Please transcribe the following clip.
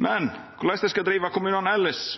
men korleis ein skal driva kommunane elles,